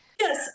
Yes